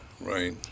right